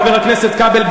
חבר הכנסת כבל,